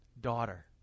daughter